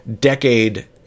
decade